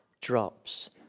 drops